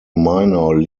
minor